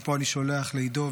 מפה אני שולח לעידו,